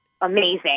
amazing